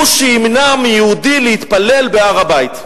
הוא שימנע מיהודי להתפלל בהר-הבית.